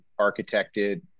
architected